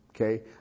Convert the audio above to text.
Okay